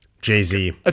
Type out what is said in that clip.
jay-z